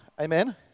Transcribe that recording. amen